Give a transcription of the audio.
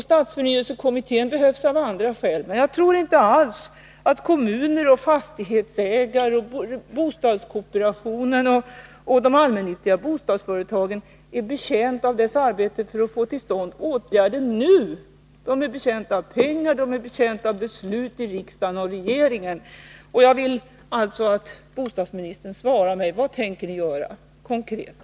Stadsförnyelsekommittén behövs av andra skäl, men jag tror inte alls att kommuner, fastighetsägare, bostadskooperationen och de allmännyttiga bostadsföretagen är betjänta av dess arbete för att få till stånd åtgärder nu. De är betjänta av pengar och beslut i regeringen och riksdagen. Jag vill alltså att bostadsministern svarar på min fråga: Vad tänker ni göra konkret?